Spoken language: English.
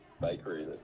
bakery